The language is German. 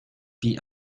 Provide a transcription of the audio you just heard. die